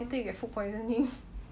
later you get food poisoning